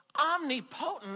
Omnipotent